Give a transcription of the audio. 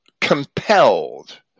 compelled